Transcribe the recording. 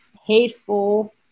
hateful